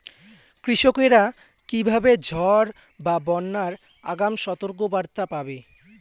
কৃষকেরা কীভাবে ঝড় বা বন্যার আগাম সতর্ক বার্তা পাবে?